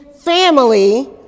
family